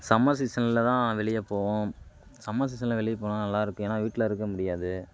summer சீசனில் தான் வெளிய போவோம் சம்மர் சீசனில் வெளிய போனால் நல்லா இருக்கும் ஏன்னால் வீட்டில் இருக்க முடியாது